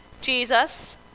Jesus